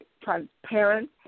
transparent